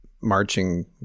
marching